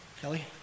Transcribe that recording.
Kelly